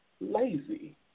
lazy